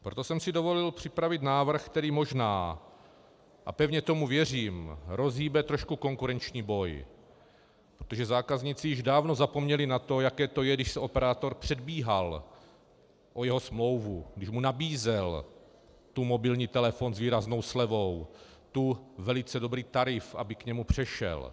Proto jsem si dovolil připravit návrh, který možná, a pevně tomu věřím, rozhýbe trošku konkurenční boj, protože zákazníci již dávno zapomněli na to, jaké to je, když se operátor předbíhal o jeho smlouvu, když mu nabízel tu mobilní telefon s výraznou slevou, tu velice dobrý tarif, aby k němu přešel.